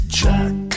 jack